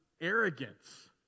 arrogance